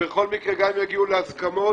ובכל מקרה גם אם יגיעו להסכמות